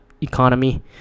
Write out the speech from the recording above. economy